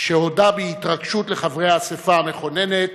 שהודה בהתרגשות לחברי האספה המכוננת